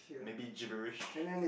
maybe gibberish